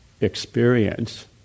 experience